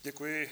Děkuji.